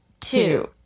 two